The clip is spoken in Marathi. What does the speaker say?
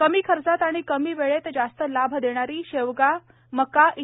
कमी खर्चात आणि कमी वेळेत जास्त लाभ देणारी शेवगा मका इ